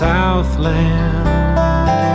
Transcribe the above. Southland